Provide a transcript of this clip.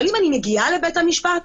אבל אם אני מגיעה לבית המשפט,